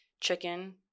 chicken